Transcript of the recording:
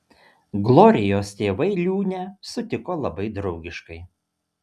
glorijos tėvai liūnę sutiko labai draugiškai